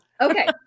Okay